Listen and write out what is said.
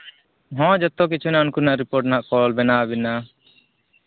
ᱦᱮᱸ ᱡᱚᱛᱚ ᱠᱤᱪᱷᱩ ᱦᱟᱸᱜ ᱩᱱᱠᱩ ᱦᱟᱸᱜ ᱨᱤᱯᱳᱨᱴ ᱱᱟᱦᱟᱜ ᱠᱚ ᱚᱞ ᱵᱮᱱᱟᱣ ᱟᱵᱮᱱᱟ